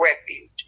refuge